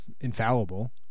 infallible